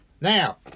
Now